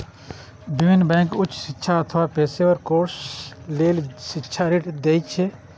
विभिन्न बैंक उच्च शिक्षा अथवा पेशेवर कोर्स लेल शिक्षा ऋण दै छै